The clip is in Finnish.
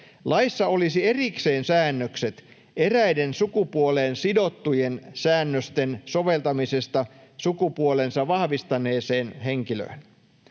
Laissa olisi erikseen säännökset eräiden sukupuoleen sidottujen säännösten soveltamisesta sukupuolensa vahvistaneeseen henkilöön.